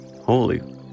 holy